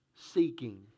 seeking